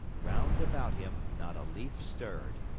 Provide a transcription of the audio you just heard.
round about him, not a leaf stirred.